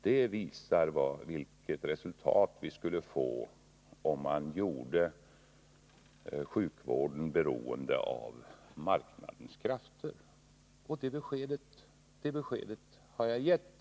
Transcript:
Det visar vilket resultat vi skulle få om vi gjorde sjukvården beroende av marknadens krafter. Det beskedet har jag lämnat.